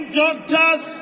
doctors